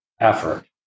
effort